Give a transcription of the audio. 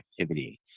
activity